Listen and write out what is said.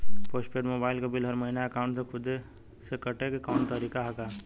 Post paid mobile क bill हर महिना एकाउंट से खुद से कटे क कौनो तरीका ह का?